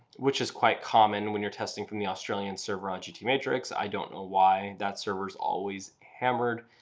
which is quite common when you're testing from the australian server on gtmetrix. i don't know why that server is always hammered,